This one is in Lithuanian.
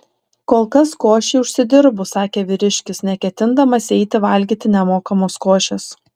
kol kas košei užsidirbu sakė vyriškis neketindamas eiti valgyti nemokamos košės